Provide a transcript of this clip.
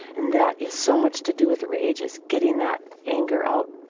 and that is so much to do with rage, is getting that anger out.